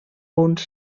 uns